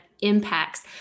impacts